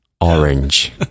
Orange